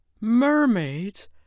Mermaids